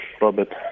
Robert